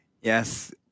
Yes